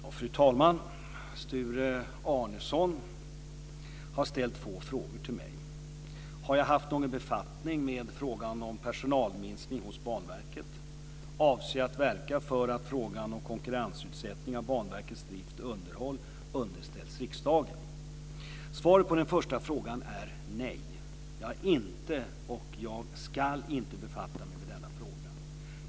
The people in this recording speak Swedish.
Fru talman! Sture Arnesson har ställt två frågor till mig: Har jag haft någon befattning med frågan om personalminskning hos Banverket? Avser jag verka för att frågan om konkurrensutsättning av Banverkets drift och underhåll underställs riksdagen? Svaret på den första frågan är nej. Jag har inte, och jag ska inte, befatta mig med denna fråga.